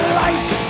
life